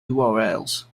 urls